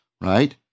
right